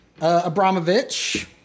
Abramovich